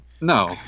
No